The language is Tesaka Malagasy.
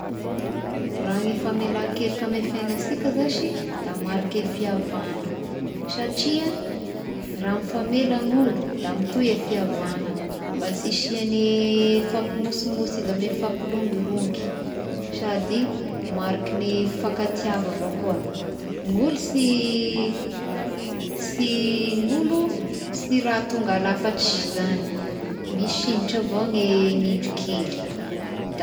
Raha ny famelan-keloka amign'ny fiaignatsika zashy da marike fihavagna satria raha mifamela n'olo da mitohy e fihavagna mba sy hisiagny fampimosimosy izy ame mifampilongilongy sady mariky ny fifankatiavà avao koa, ny olo sy sy-n'olo sy raha tonga lafatry zagny misy indrotra avao ny indro kely.